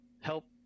help